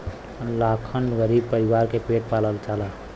लाखन गरीब परीवार के पेट पालल जाला